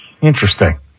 Interesting